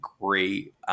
great